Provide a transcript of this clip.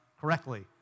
correctly